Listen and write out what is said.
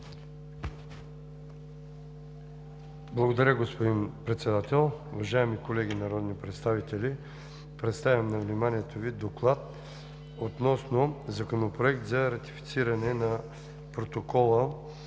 Благодаря, господин Председател. Уважаеми колеги народни представители, представям на вниманието Ви „ДОКЛАД относно Законопроект за ратифициране на Протокола